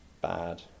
bad